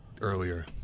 earlier